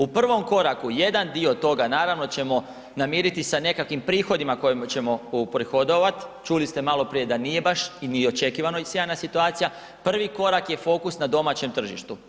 U prvom koraku jedan dio toga, naravno ćemo namiriti sa nekakvim prihodima kojima ćemo uprihodovati, čuli ste maloprije da nije baš ni očekivano sjajna situacija, prvi korak je fokus na domaćem tržištu.